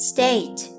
State